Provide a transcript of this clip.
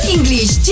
English